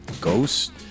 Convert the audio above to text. Ghost